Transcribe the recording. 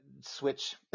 switch